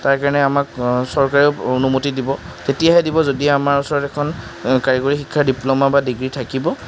তাৰকাৰণে আমাক চৰকাৰেও অনুমতি দিব তেতিয়াহে দিব যদি আমাৰ ওচৰত এখন কাৰিকৰী শিক্ষাৰ ডিপ্লমা বা ডিগ্ৰী থাকিব